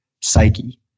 psyche